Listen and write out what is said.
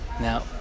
Now